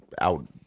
out